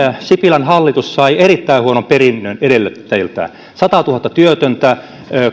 sipilän hallitus sai erittäin huonon perinnön edeltäjiltään satatuhatta työtöntä